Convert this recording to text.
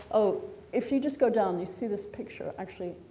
oh if you just go down you see this picture. actually,